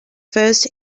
first